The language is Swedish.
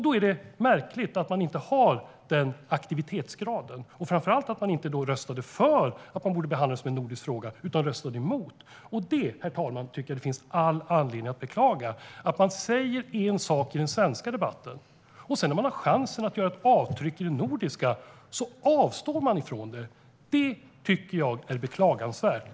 Då är det märkligt att man inte har den aktivitetsgraden och framför allt att man inte röstade för att frågan borde behandlas som en nordisk fråga. Man röstade emot, och det, herr talman, tycker jag att det finns all anledning att beklaga. Man säger en sak i den svenska debatten, men när man har chansen att göra ett avtryck i den nordiska debatten avstår man från det. Det tycker jag är beklagansvärt.